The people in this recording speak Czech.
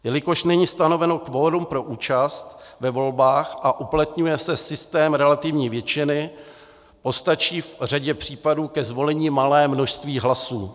Jelikož není stanoveno kvorum pro účast ve volbách a uplatňuje se systém relativní většiny, postačí v řadě případů ke zvolení malé množství hlasů.